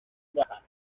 baja